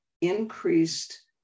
increased